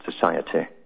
society